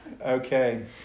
Okay